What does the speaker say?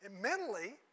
mentally